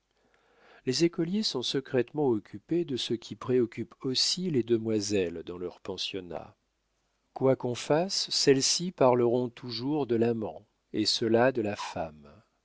les écoliers sont secrètement occupés de ce qui préoccupe aussi les demoiselles dans leurs pensionnats quoi qu'on fasse celles-ci parleront toujours de l'amant et ceux-là de la femme